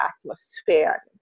atmosphere